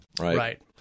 right